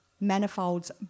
Manifold's